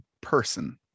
person